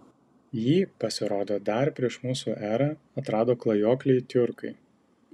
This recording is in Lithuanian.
jį pasirodo dar prieš mūsų erą atrado klajokliai tiurkai